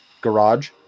garage